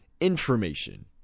information